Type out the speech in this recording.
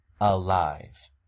alive